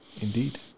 Indeed